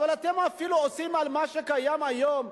אתם אפילו עושים על מה שקיים היום,